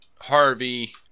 Harvey